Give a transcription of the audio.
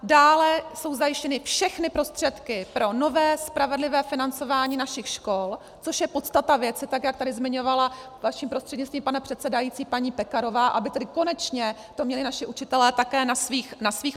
Dále jsou zajištěny všechny prostředky pro nové spravedlivé financování našich škol, což je podstata věci, tak jak tady zmiňovala vaším prostřednictvím, pane předsedající, paní Pekarová, aby konečně to měli naši učitelé také na svých páskách.